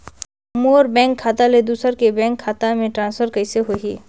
मोर bank खाता ले दुसर देश के बैंक खाता मे ट्रांसफर कइसे होही?